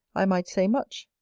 i might say much,